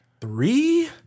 Three